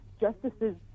Justices